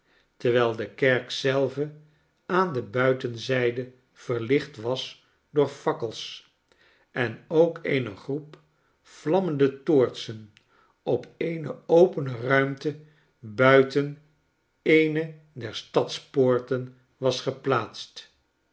terwijl de kerk zelve aan de buitenzijde verlicht was door fakkels en ook eene groep vlammende toortsen op eene opene ruimte buiten eene der stadspoorten was geplaatst